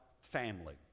family